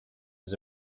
was